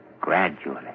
gradually